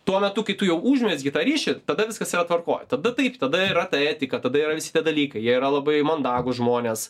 tuo metu kai tu jau užmezgi tą ryšį tada viskas yra tvarkoj tada taip tada yra ta etika tada yra visi tie dalykai jie yra labai mandagūs žmonės